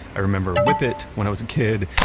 i remember whip it when i was a kid.